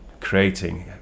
creating